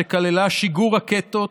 שכללה שיגור רקטות